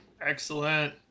Excellent